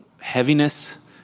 heaviness